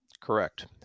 Correct